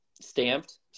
stamped